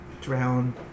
drown